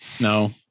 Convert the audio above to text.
No